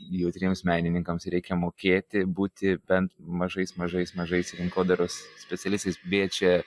jautriems menininkams reikia mokėti būti bent mažais mažais mažais rinkodaros specialistais beje čia